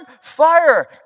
fire